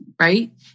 right